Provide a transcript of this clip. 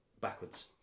backwards